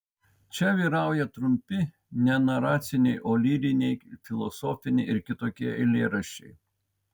čia vyrauja trumpi ne naraciniai o lyriniai filosofiniai ir kitokie eilėraščiai